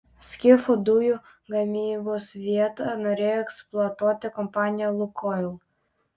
skifo dujų gavybos vietą norėjo eksploatuoti kompanija lukoil